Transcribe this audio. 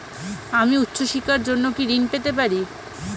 আমি উচ্চশিক্ষার জন্য কি ঋণ পেতে পারি?